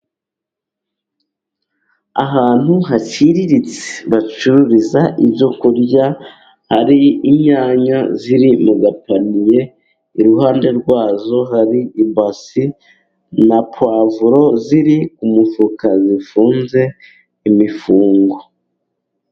Ahantu haciriritse bacururiza ibyo kurya. Hari inyanya ziri mu gapaniye, iruhande rwazo hari ibasi na puwavuro ziri ku mufuka zifunze imifungo.